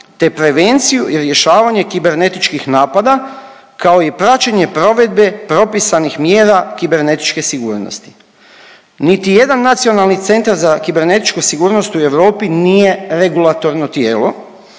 te prevenciju i rješavanje kibernetičkih napada kao i praćenje provede propisanih mjera kibernetičke sigurnosti. Niti jedan Nacionalni centar za kibernetičku sigurnost u Europi nije regulatorno tijelo,